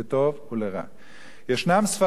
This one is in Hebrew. יש ספרים שהביאו חורבן בעולם,